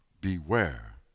beware